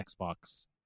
Xbox